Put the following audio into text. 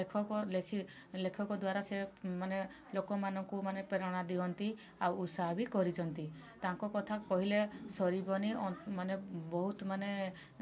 ଲେଖକ ଲେଖି ଲେଖକ ଦ୍ଵାରା ସେ ମାନେ ଲୋକମାନଙ୍କୁ ମାନେ ପ୍ରେରଣା ଦିଅନ୍ତି ଆଉ ଉତ୍ସାହ ବି କରିଛନ୍ତି ତାଙ୍କ କଥା କହିଲେ ସରିବନି ଅ ମାନେ ବହୁତ ମାନେ